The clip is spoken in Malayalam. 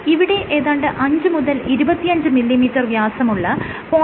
ഇവിടെ ഏതാണ്ട് 5 മുതൽ 25 മില്ലിമീറ്റർ വ്യാസമുള്ള 0